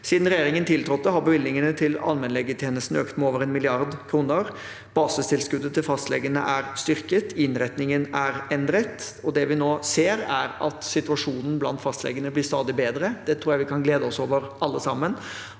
Siden regjeringen tiltrådte, har bevilgningene til allmennlegetjenesten økt med over 1 mrd. kr. Basistilskuddet til fastlegene er styrket, innretningen er endret, og det vi nå ser, er at situasjonen blant fastlegene blir stadig bedre. Det tror jeg vi kan glede oss over, alle sammen.